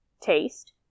taste